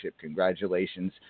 Congratulations